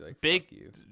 Big